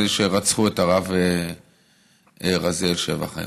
אלה שרצחו את הרב רזיאל שבח היום.